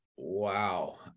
Wow